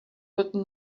written